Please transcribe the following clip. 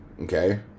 okay